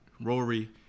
rory